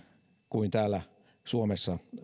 kuin täällä suomessa